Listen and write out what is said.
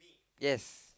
yes